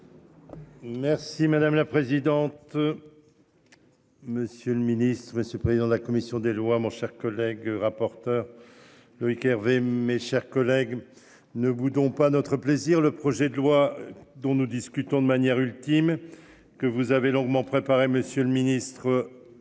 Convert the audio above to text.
Merci madame la présidente. Monsieur le ministre et ce président de la commission des lois, mon cher collègue, rapporteur. Loïc Hervé, mes chers collègues. Ne boudons pas notre plaisir. Le projet de loi dont nous discutons de manière ultime, que vous avez longuement préparée. Monsieur le ministre.